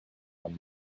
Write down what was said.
one